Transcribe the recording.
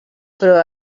però